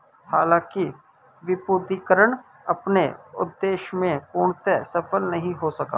हालांकि विमुद्रीकरण अपने उद्देश्य में पूर्णतः सफल नहीं हो सका